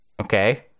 Okay